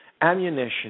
ammunition